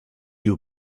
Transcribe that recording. you